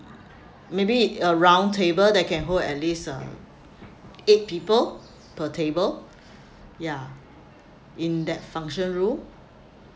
maybe a round table that can hold at least uh eight people per table ya in that function room